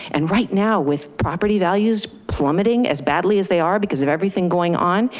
and right now with. property values plummeting as badly as they are because of everything going on.